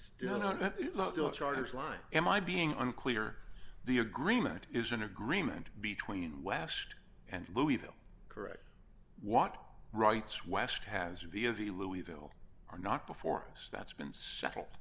line am i being unclear the agreement is an agreement between west and louisville correct what rights west has to be of the louisville are not before us that's been settle